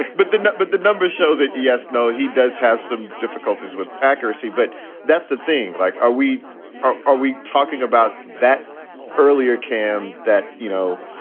but the net but the numbers show that yes, no, he does have some difficulties with accuracy. but that's the thing. like, are we are are we talking about that earlier, cam, that, you know,